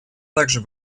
также